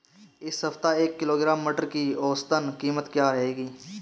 इस सप्ताह एक किलोग्राम मटर की औसतन कीमत क्या रहेगी?